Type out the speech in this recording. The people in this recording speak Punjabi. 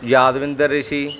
ਯਾਦਵਿੰਦਰ ਰਿਸ਼ੀ